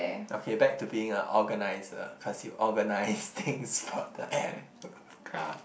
okay back to being a organiser cause you organise things for the air craft